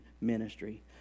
ministry